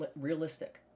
realistic